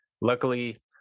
luckily